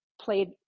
played